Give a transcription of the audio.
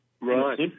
Right